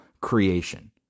creation